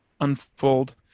unfold